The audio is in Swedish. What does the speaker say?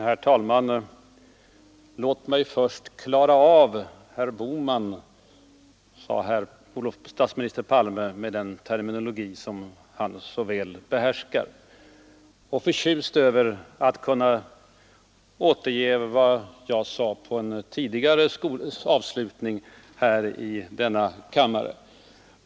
Herr talman! Låt mig först klara av herr Bohman, sade statsminister Palme med den terminologi som han så väl behärskar och återgav med förtjusning vad jag sade på en tidigare avslutning här i denna kammare.